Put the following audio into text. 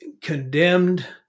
condemned